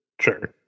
sure